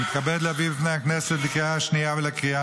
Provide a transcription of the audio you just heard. אני מתכבד להביא בפני הכנסת לקריאה השנייה ולקריאה